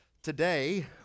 Today